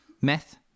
meth